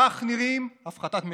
כך נראית הפחתת מחירים.